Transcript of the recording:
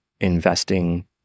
investing